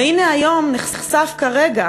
והנה היום נחשף כרגע